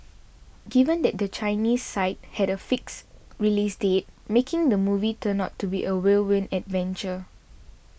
given that the Chinese side had a fixed release date making the movie turned out to be a whirlwind adventure